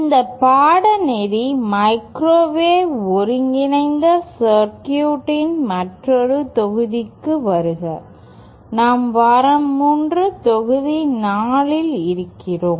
இந்த பாடநெறி மைக்ரோவேவ் ஒருங்கிணைந்த சர்க்யூட்இன் மற்றொரு தொகுதிக்கு வருக நாம் வாரம் 3 தொகுதி 4 இல் இருக்கிறோம்